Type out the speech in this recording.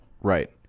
Right